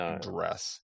dress